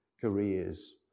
careers